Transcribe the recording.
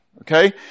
Okay